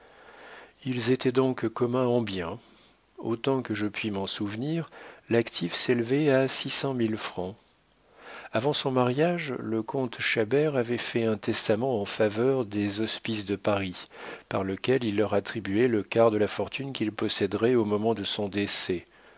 ils étaient donc communs en biens autant que je puis m'en souvenir l'actif s'élevait à six cent mille francs avant son mariage le comte chabert avait fait un testament en faveur des hospices de paris par lequel il leur attribuait le quart de la fortune qu'il posséderait au moment de son décès